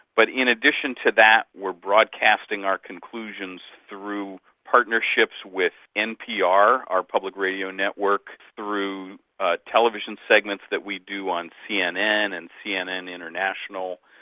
but in addition to that we're broadcasting our conclusions through partnerships with npr, our public radio network, through ah television segments that we do on cnn and cnn international,